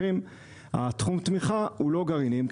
תחום התמיכה הוא לא גרעינים,